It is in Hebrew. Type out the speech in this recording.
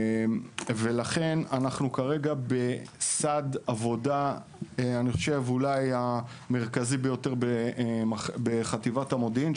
ולכן אנחנו כרגע בסד עבודה אולי המרכזי ביותר בחטיבת המודיעין,